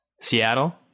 Seattle